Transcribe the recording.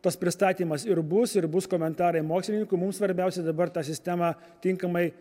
tas pristatymas ir bus ir bus komentarai mokslininkų mums svarbiausia dabar tą sistemą tinkamai